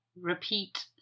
repeat